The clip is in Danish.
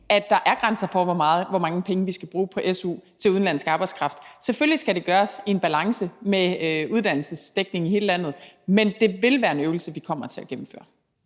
der er grænser for, hvor mange penge vi skal bruge på su til udenlandsk arbejdskraft. Selvfølgelig skal det gøres i en balance med uddannelsesdækning i hele landet, men det vil være en øvelse, vi kommer til at gennemføre.